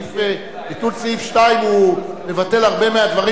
אבל ביטול סעיף 2 מבטל הרבה מהדברים